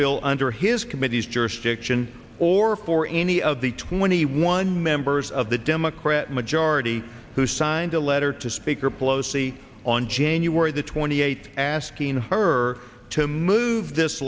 bill under his committee's jurisdiction or for any of the twenty one members of the democrat majority who signed a letter to speaker pelosi on january the twenty eighth asking her to move this